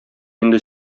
инде